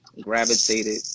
gravitated